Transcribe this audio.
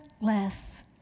less